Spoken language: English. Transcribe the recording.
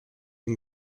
and